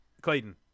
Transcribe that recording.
clayton